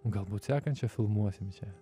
galbūt sekančią filmuosim čia